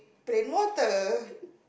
plain water